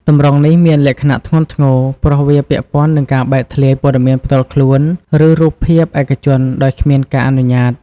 ទម្រង់នេះមានលក្ខណៈធ្ងន់ធ្ងរ ព្រោះវាពាក់ព័ន្ធនឹងការបែកធ្លាយព័ត៌មានផ្ទាល់ខ្លួន ឬរូបភាពឯកជនដោយគ្មានការអនុញ្ញាត។